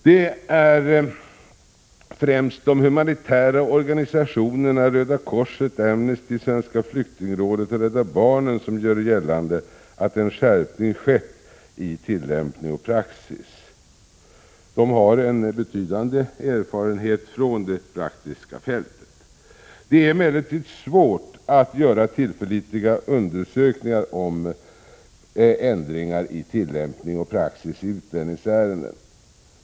Det är främst de humanitära organisationerna Röda korset, Amnesty, Svenska flyktingrådet och Rädda barnen som gör gällande att en skärpning har skett i tillämpning och praxis. De har en betydande erfarenhet från det praktiska fältet. Det är emellertid svårt att göra tillförlitliga undersökningar om ändringar i tillämpning och praxis i utlänningsärenden.